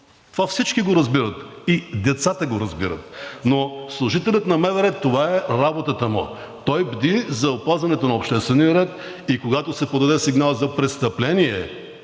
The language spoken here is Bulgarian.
Това всичко и децата го разбират. На служителя на МВР това му е работата. Той бди за опазването на обществения ред и когато се подаде сигнал за престъпление,